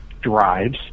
drives